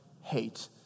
hate